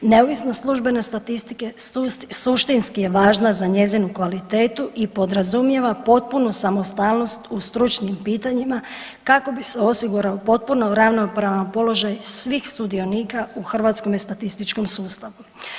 Neovisnost službene statistike suštinski je važna za njezinu kvalitetu i podrazumijeva potpunu samostalnost u stručnim pitanjima kako bi se osigurao potpuno ravnopravan položaj svih sudionika u Hrvatskom statističkom sustavu.